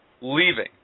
Leaving